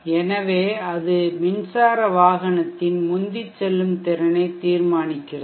எனவே அது மின்சார வாகனத்தின் முந்திச்செல்லும் திறனை தீர்மானிக்கிறது